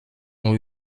ont